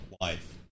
life